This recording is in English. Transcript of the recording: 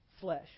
flesh